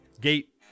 gate